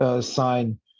sign